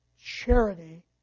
charity